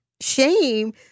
shame